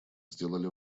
сделали